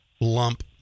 lump